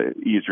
easier